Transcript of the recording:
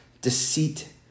deceit